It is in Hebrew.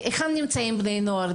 היכן נמצאים בני הנוער?